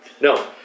No